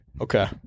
Okay